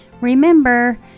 Remember